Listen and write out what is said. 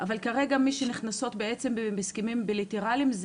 אבל כרגע מי שנכנסות בעצם בהסכמים בילטראליים,